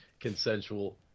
consensual